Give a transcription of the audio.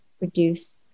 reduce